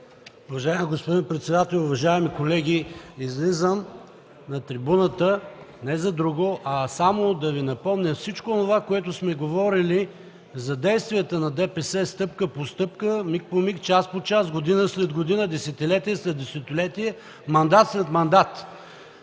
Уважаеми господин председател, уважаеми колеги! Излизам на трибуната не за друго, а само да Ви напомня всичко онова, което сме говорили за действията на ДПС – стъпка по стъпка, миг по миг, час по час, година след година, десетилетие след десетилетие, мандат след мандат.